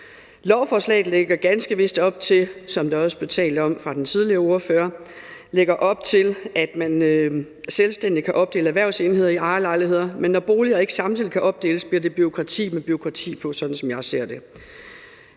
Lovforslaget lægger ganske vist op til, som der også blev talt om af den tidligere ordfører, at man selvstændigt kan opdele erhvervsenheder i ejerlejligheder, men når boliger ikke samtidig kan opdeles, bliver det bureaukrati med bureaukrati på, sådan som jeg ser det.